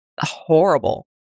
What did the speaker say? horrible